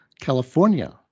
California